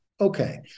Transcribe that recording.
Okay